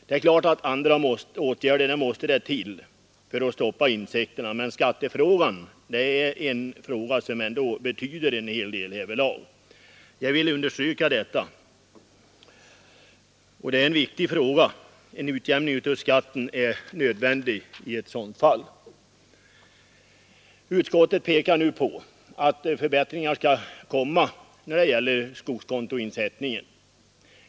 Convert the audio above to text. Det är klart att det också måste till andra åtgärder för att stoppa insekterna, men skattefrågan betyder ändå en hel del härvidlag. Jag vill understryka att detta är en viktig fråga. En utjämning av skatten är nödvändig i ett sådant fall. Utskottet pekar nu på att förbättringar skall komma när det gäller skogskontoinsättningen.